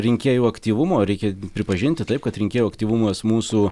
rinkėjų aktyvumo reikia pripažinti taip kad rinkėjų aktyvumas mūsų